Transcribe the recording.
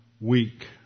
week